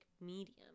medium